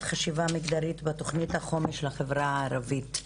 חשיבה מגדרית בתוכנית החומש לחברה הערבית.